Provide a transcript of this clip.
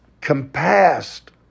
compassed